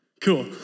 cool